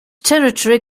territory